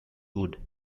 wood